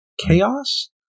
chaos